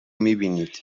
میبینید